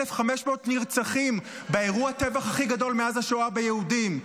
1,500 נרצחים באירוע טבח הכי גדול מאז השואה ביהודים.